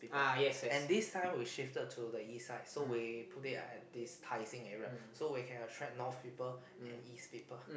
and this time we shifted to the east side so we put it at this Tai-Seng area so we can attract north people and east people